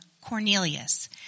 Cornelius